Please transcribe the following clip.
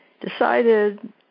decided